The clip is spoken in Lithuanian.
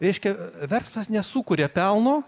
reiškia verslas nesukuria pelno